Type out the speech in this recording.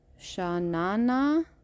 Shanana